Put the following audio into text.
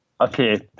Okay